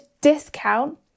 discount